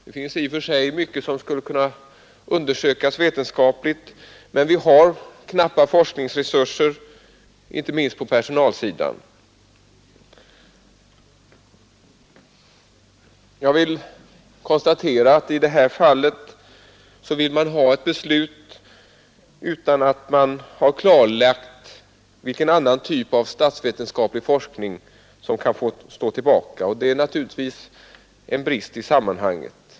Det finns i och för sig mycket som skulle kunna undersökas vetenskapligt, men vi har knappa forsknings resurser inte minst på personalsidan. Jag konstaterar att i det här fallet vill man ha ett beslut utan att man har klargjort vilken annan typ av statsvetenskaplig forskning som kan få stå tillbaka. Det är naturligtvis en brist i sammanhanget.